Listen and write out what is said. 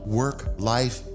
work-life